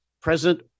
present